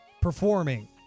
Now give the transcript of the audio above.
performing